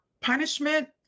punishment